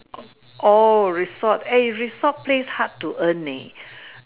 oh resort eh resort place hard to earn leh